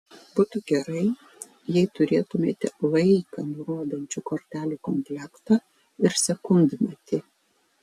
būtų gerai jei turėtumėte laiką nurodančių kortelių komplektą ir sekundmatį